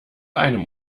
einem